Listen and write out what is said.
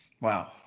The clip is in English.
Wow